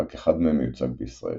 רק אחד מהם מיוצג בישראל.